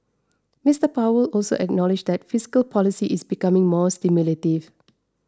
Mister Powell also acknowledged that fiscal policy is becoming more stimulative